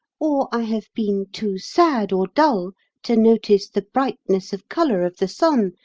or i have been too sad or dull to notice the brightness of colour of the sun,